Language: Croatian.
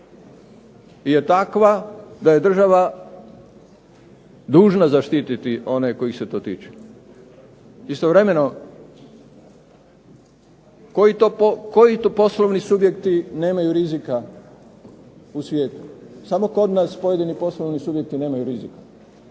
je takva da je država dužna zaštiti one kojih se to tiče. Istovremeno koji to poslovni subjekti nemaju rizika u svijetu? Samo kod nas pojedini poslovni subjekti nemaju rizika